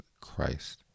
Christ